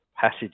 passage